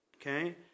okay